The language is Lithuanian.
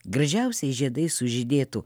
gražiausiais žiedais sužydėtų